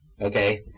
Okay